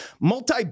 multi